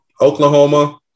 Oklahoma